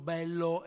Bello